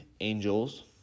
Angels